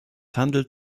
handelt